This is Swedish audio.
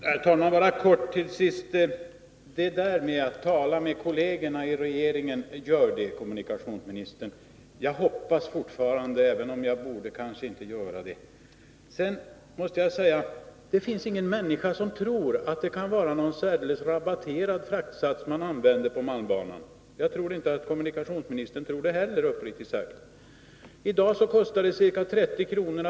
Herr talman! Kommunikationsministern nämnde något om att tala med kollegerna i regeringen — gör det, kommunikationsministern! Jag hoppas fortfarande, även om jag kanske inte borde göra det. Det finns ingen människa som tror att det kan vara någon särdeles rabatterad fraktsats som används på malmbanan. Jag tror inte kommunikationsministern tror det heller — uppriktigt sagt. I dag kostar det ca 30 kr.